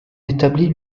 établit